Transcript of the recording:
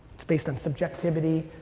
it's based on subjectivity,